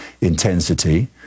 intensity